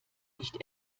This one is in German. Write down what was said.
nicht